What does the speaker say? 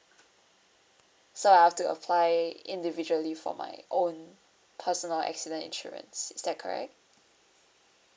so I'll have to apply individually for my own personal accident insurance is that correct